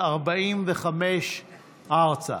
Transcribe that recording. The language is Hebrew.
1945 ארצה.